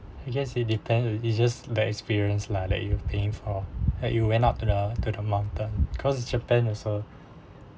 I guess it depends on it's just that experience lah like you paying for or like you went up to the to the mountain cause it's japan also